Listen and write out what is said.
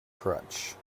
crutch